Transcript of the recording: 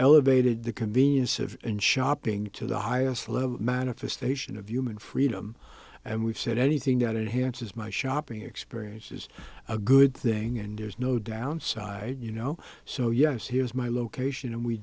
elevated the convenience of in shopping to the highest level manifestation of human freedom and we've said anything that enhances my shopping experience is a good thing and there's no downside you know so yes here's my location and we